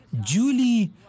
Julie